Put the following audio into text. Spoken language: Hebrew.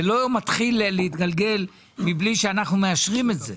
זה לא מתחיל להתגלגל מבלי שאנחנו מאשרים את זה.